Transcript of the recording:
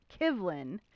Kivlin